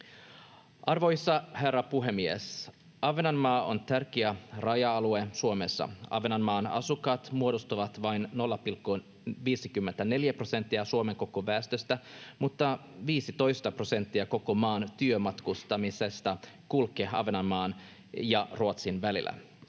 Arvoisa herra puhemies! Ahvenanmaa on tärkeä raja-alue Suomessa. Ahvenanmaan asukkaat muodostavat vain 0,54 prosenttia Suomen koko väestöstä, mutta 15 prosenttia koko maan työmatkustamisesta kulkee Ahvenanmaan ja Ruotsin välillä.